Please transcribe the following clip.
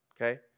okay